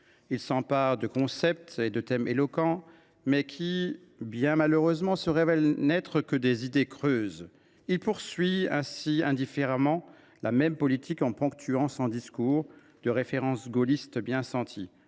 Il s’empare de concepts et de thèmes éloquents, qui, malheureusement, se révèlent n’être que des idées creuses. Il poursuit ainsi indifféremment la même politique en ponctuant son discours de références gaullistes bien senties